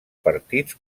partits